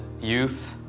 youth